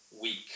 week